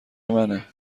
منه